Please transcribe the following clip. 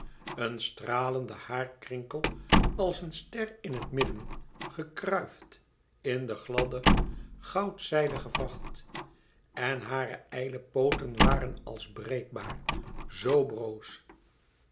een stralenden haarkrinkel als een ster in het midden gekruifd in de gladde goud zijdige vacht en hare ijle pooten waren als breekbaar zoo broos